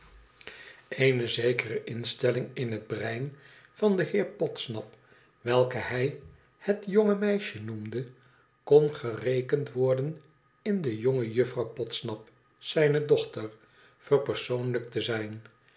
eene zekere instelling in het brein van den heer podsnap welke hij het jonge meisje noemde kon gerekend worden in de jonge juffrouw podsnap zijne dochter verpersoonlijkt te zijn